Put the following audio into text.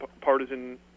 partisan